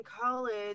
college